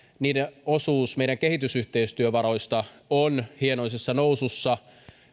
niiden osuus meidän kehitysyhteistyövaroistamme on hienoisessa nousussa